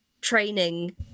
training